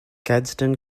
gadsden